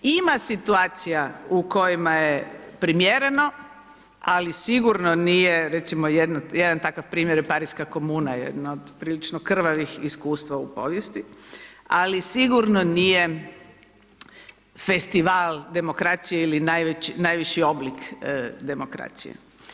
Ima situacija u kojima je primjereno ali sigurno nije recimo jedan takav primjer je Pariška komuna jedna od prilično krvavih iskustva u povijesti ali sigurno nije festival demokracije ili najviši oblik demokracije.